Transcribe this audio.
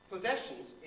Possessions